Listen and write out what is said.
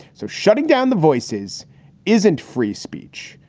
so shutting down the voices isn't free speech.